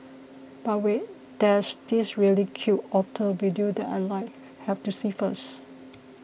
but wait there's this really cute otter video that I like have to see first